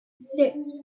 six